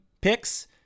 picks